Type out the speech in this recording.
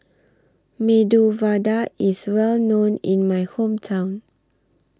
Medu Vada IS Well known in My Hometown